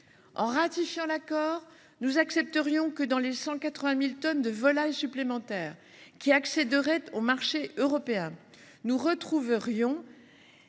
En ratifiant l’accord, nous accepterions de retrouver, dans les 180 000 tonnes de volailles supplémentaires qui accéderaient au marché européen, des molécules